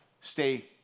stay